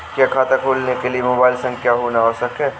क्या खाता खोलने के लिए मोबाइल संख्या होना आवश्यक है?